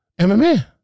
MMA